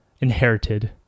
inherited